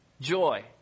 joy